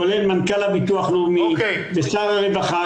כולל מנכ"ל הביטוח הלאומי ושר הרווחה.